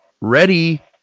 ready